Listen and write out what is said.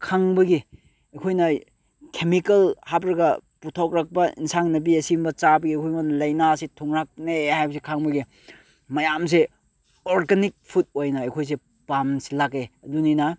ꯈꯪꯕꯒꯤ ꯑꯩꯈꯣꯏꯅ ꯀꯦꯃꯤꯀꯦꯜ ꯍꯥꯞꯂꯒ ꯄꯨꯊꯣꯔꯛꯄ ꯑꯦꯟꯁꯥꯡ ꯅꯥꯄꯤ ꯑꯁꯤꯒꯨꯝꯕ ꯆꯥꯕꯒꯤ ꯑꯩꯈꯣꯏꯉꯣꯟꯗ ꯂꯥꯏꯅꯥꯁꯤ ꯊꯨꯡꯂꯛꯄꯅꯦ ꯍꯥꯏꯕꯁꯦ ꯈꯪꯕꯒꯤ ꯃꯌꯥꯝꯁꯦ ꯑꯣꯔꯒꯥꯅꯤꯛ ꯐꯨꯠ ꯑꯣꯏꯅ ꯑꯩꯈꯣꯏꯁꯦ ꯄꯥꯝꯁꯤꯜꯂꯛꯑꯦ ꯑꯗꯨꯅꯤꯅ